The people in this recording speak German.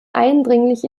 eindringlich